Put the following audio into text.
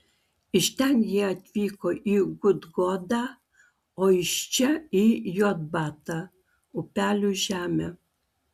iš ten jie atvyko į gudgodą o iš čia į jotbatą upelių žemę